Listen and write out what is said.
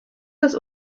das